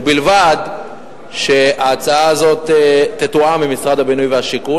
ובלבד שהיא תתואם עם משרד הבינוי והשיכון.